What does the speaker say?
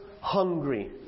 hungry